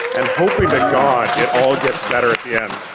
and hoping to god it all gets better at the end.